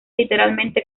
literalmente